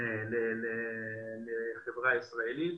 לחברה הישראלית.